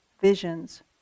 visions